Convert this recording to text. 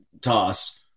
toss